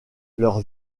leur